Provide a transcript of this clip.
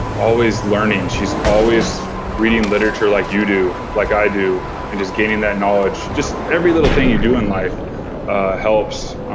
and always learning. she's always reading literature like you do like i do and just gaining that knowledge. just every little thing you do in life helps.